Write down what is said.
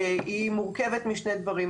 היא מורכבת משני דברים.